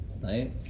right